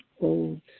old